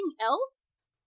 else